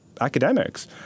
academics